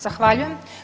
Zahvaljujem.